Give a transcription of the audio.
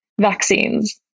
vaccines